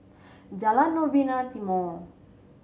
Jalan Novena Timor